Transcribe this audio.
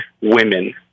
women